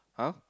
!huh!